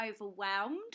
overwhelmed